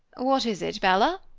what is it, bella?